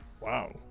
Wow